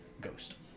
ghost